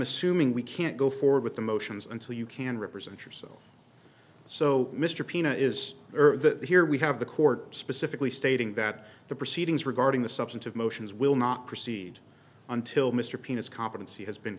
assuming we can't go forward with the motions until you can represent yourself so mr pina is earth that here we have the court specifically stating that the proceedings regarding the substantive motions will not proceed until mr pinas competency has been